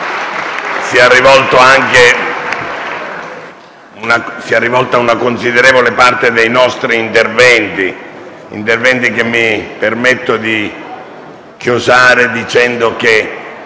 sia rivolta una considerevole parte dei nostri interventi. Interventi che mi permetto di chiosare dicendo che tocca soprattutto a noi uomini, a noi padri,